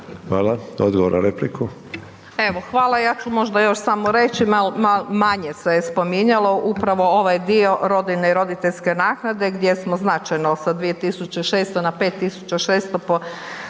Nada (HDZ)** Evo, hvala. Ja ću možda još samo reći, manje se je spominjalo upravo ovaj dio rodiljne i roditeljske naknade gdje smo značajno sa 2.600 na 5.600